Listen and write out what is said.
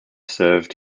served